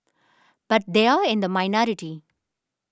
but they are in the minority